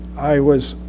i was